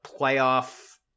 playoff